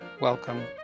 welcome